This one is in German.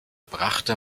brachte